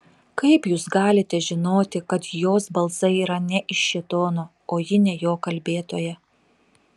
kaip jūs galite žinoti kad jos balsai yra ne iš šėtono o ji ne jo kalbėtoja